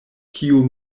kiu